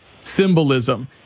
symbolism